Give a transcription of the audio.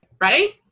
ready